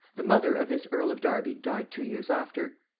the mother of this earl of derby died two years after.